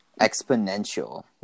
Exponential